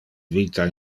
vita